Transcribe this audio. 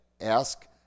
ask